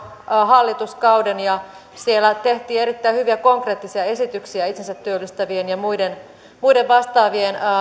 hallituskauden ja siellä tehtiin erittäin hyviä konkreettisia esityksiä itsensätyöllistäjien ja muiden muiden vastaavien